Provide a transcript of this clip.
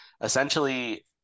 essentially